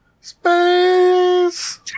Space